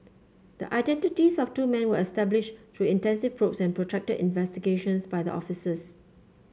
the identities of two men were established through intensive probes and protracted investigations by the officers